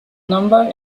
number